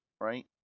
right